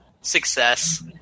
Success